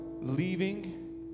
Leaving